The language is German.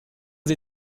sie